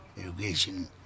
irrigation